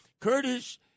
Curtis